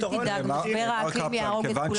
אל תדאג, משבר האקלים יהרוג את כולנו קודם.